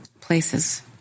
places